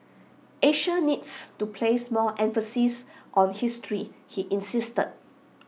Asia needs to place more emphasis on history he insisted